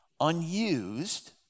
unused